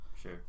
Sure